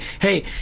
hey